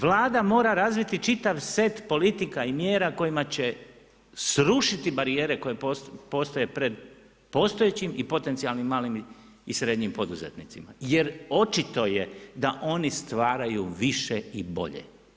Vlada mora razviti čitav set politika i mjera kojima će srušiti barijere koje postoje pred postojećim i malim i srednjim poduzetnicima jer očito je da oni stvaraju više i bolje.